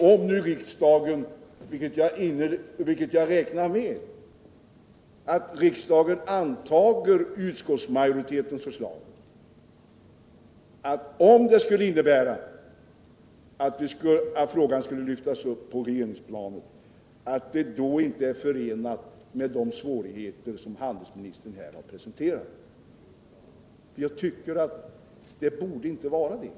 Om nu riksdagen, vilket jag räknar med, antar utskottsmajoritetens förslag och frågan lyfts upp på regeringsplanet, hoppas jag att detta inte blir förenat med de svårigheter som handelsministern här har presenterat. Jag tycker inte att så borde vara fallet.